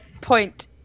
point